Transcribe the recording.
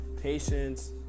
patience